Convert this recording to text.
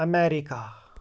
America